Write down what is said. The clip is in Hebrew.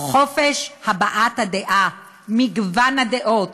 חופש הבעת דעה, מגוון הדעות.